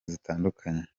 zitandukanye